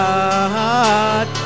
God